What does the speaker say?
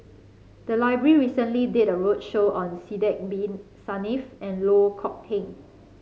the library recently did a roadshow on Sidek Bin Saniff and Loh Kok Heng